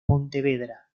pontevedra